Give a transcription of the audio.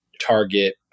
target